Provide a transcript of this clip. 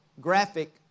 graphic